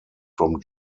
from